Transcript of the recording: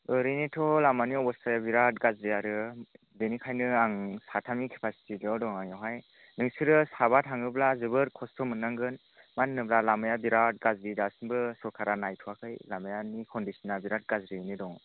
ओरैनोथ' लामानि अब'स्थाया बेराट गाज्रि आरो बेनिखायनो आं साथामनि केपासिटिल' दं आंनियावहाय नोंसोरो साबा थाङोब्ला जोबोर खस्थ' मोन्नांगोन मानो होनोब्ला लामाया बेराट गाज्रि दासिमबो सरकारा नायथ'वाखै लामानि कन्डिस'ना बेराट गाज्रियैनो दं